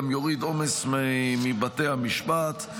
גם יוריד עומס מבתי המשפט.